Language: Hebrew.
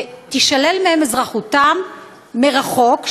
ותישלל מהם אזרחותם מרחוק,